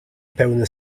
pełnym